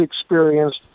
experienced